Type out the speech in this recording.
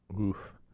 Oof